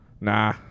Nah